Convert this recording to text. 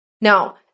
Now